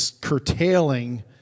curtailing